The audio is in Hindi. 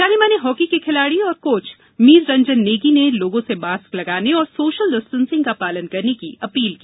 जाने माने हॉकी के खिलाड़ी और कोच मीर रंजन नेगी ने लोगों से मास्क लगाने और सोशल डिस्टेंसिंग का पालन करने की अपील की